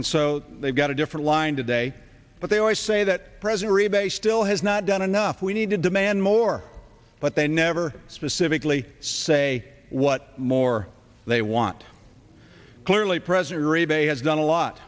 and so they've got a different line today but they always say that present rebase still has not done enough we need to demand more but they never specifically say what more they want clearly president uribe has done a lot